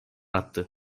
attı